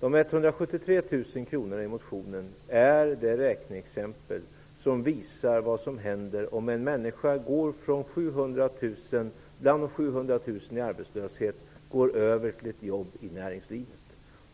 De 173 000 kronorna som nämns i motionen är ett räkneexempel som visar vad som händer när en människa bland de 700 000 människorna i arbetslöshet går över till ett jobb i näringslivet.